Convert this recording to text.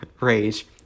rage